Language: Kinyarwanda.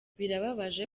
birababaje